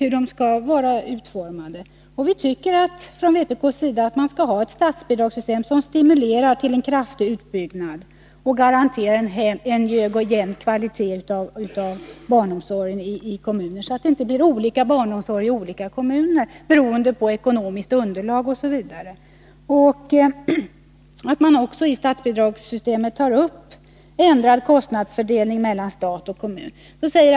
Från vpk:s sida tycker vi att man skall ha ett statsbidragssystem som stimulerar till en kraftig utbyggnad och garanterar en hög och jämn kvalitet på barnomsorgen i kommunerna, så att det inte blir olika barnomsorg i olika kommuner beroende på ekonomiskt underlag osv. Man bör också i statsbidragssystemet ta upp frågan om ändrad kostnadsfördelning mellan stat och kommun.